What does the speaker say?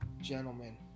gentlemen